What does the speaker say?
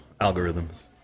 algorithms